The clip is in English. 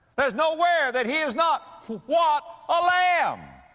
there's no where that he is not! what a lamb!